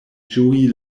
ĝui